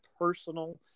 personal